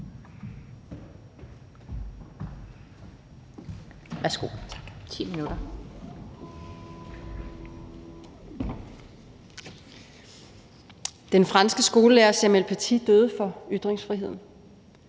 Mette Thiesen (NB): Den franske skolelærer Samuel Paty døde for ytringsfriheden.